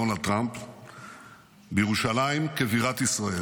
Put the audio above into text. דונלד טראמפ,